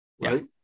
right